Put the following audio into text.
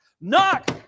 Knock